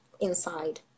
inside